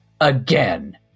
Again